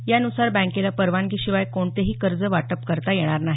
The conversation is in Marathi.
यानुसार बँकेला परवानगी शिवाय कोणतेही कर्ज वाटप करता येणार नाही